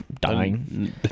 Dying